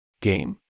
Game